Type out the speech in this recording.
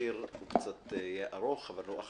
בוקר טוב,